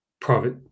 private